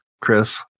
Chris